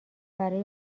برای